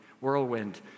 whirlwind